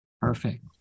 Perfect